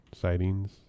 sightings